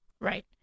Right